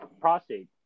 prostate